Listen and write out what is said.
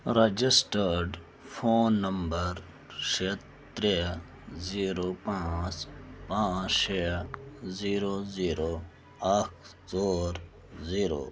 registered phone number شےٚ ترٛےٚ zero پانٛژھ پانٛژہ شےٚ زیٖرو زیٖرو اکھ ژور زیٖرو